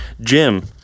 Jim